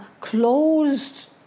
closed